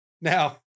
Now